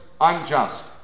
unjust